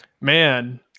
man